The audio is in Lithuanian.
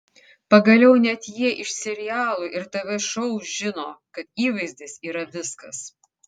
pagaliau net jie iš serialų ir tv šou žino kad įvaizdis yra viskas